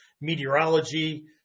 meteorology